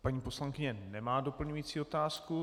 Paní poslankyně nemá doplňující otázku.